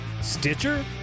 Stitcher